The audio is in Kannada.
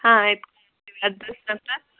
ಹಾಂ ಆಯಿತು ಅಡ್ರೆಸ್ ಎಂತ